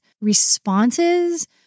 responses